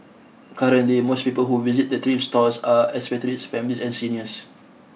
currently most people who visit the thrift stores are expatriates families and seniors